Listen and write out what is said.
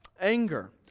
anger